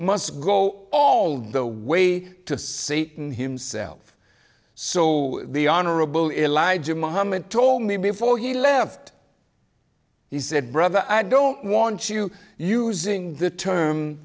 must go all the way to see in himself so the honorable elijah muhammad told me before he left he said brother i don't want you using the term